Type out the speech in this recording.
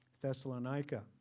Thessalonica